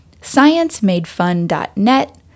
ScienceMadeFun.net